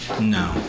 No